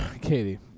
Katie